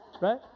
Right